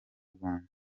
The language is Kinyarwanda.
rwanda